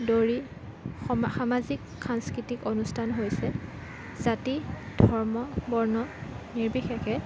দৰি সা সামাজিক সাংস্কৃতিক অনুষ্ঠান হৈছে জাতি ধৰ্ম বৰ্ণ নিৰ্বিশেষে